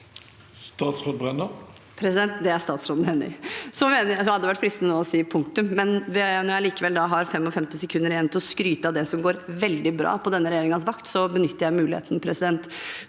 statsråden enig i. Det hadde vært fristende å si punktum, men når jeg likevel har 55 sekunder igjen til å skryte av det som går veldig bra på denne regjeringens vakt, benytter jeg muligheten: